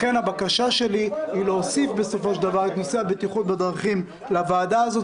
לכן הבקשה שלי היא להוסיף את נושא הבטיחות בדרכים לוועדה הזאת